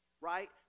right